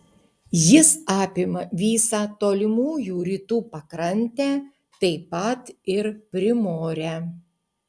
jis apima visą tolimųjų rytų pakrantę taip pat ir primorę